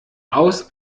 aus